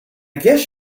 guess